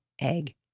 egg